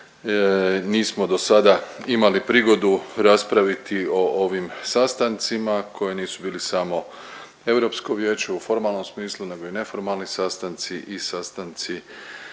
mi smo dosada imali prigodu raspraviti o ovim sastancima koji nisu bili samo u Europskom vijeću u formalnom smislu nego i neformalni sastanci i sastanci